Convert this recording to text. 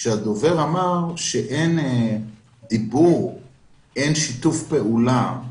שהדובר אמר שאין דיבור ואין שיתוף פעולה.